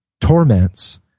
torments